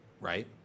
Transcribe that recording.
right